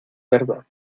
verdad